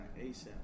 ASAP